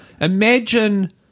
imagine